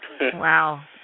Wow